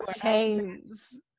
chains